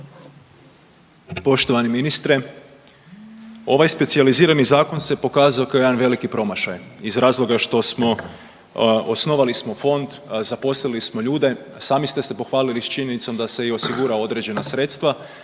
Poštovani ministre. Ovaj specijalizirani zakon se pokazao kao jedan veliki promašaj iz razloga što smo, osnovali smo fond, zaposlili smo ljude, sami ste se pohvalili već činjenicom da se i osigurao određena sredstva,